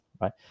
right